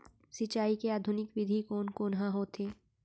सिंचाई के आधुनिक विधि कोन कोन ह होथे?